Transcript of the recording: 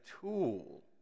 tool